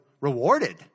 rewarded